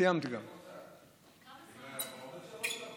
(הישיבה נפסקה בשעה 17:30 ונתחדשה בשעה 18:02.)